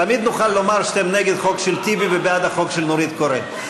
תמיד נוכל לומר שאתם נגד החוק של טיבי ובעד החוק של נורית קורן.